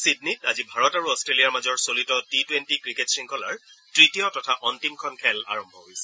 ছিডনীত আজি ভাৰত আৰু অট্টেলিয়াৰ মাজৰ চলিত টি টুৱেণ্টি ক্ৰিকেট শংখলাৰ তৃতীয় তথা অন্তিমখন খেল আৰম্ভ হৈছে